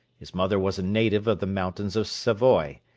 his mother was a native of the mountains of savoy,